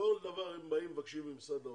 כל דבר הם באים מבקשים ממשרד האוצר,